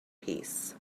peace